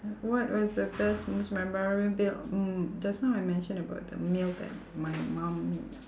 what was the best most memorable meal mm just now I mention about the meal that my mum made